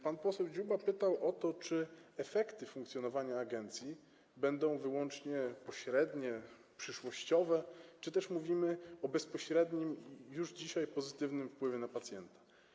Pan poseł Dziuba pytał o to, czy efekty funkcjonowania agencji będą wyłącznie pośrednie, przyszłościowe, czy też mówimy o bezpośrednim, już dzisiaj pozytywnym wpływie na pacjenta.